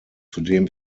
zudem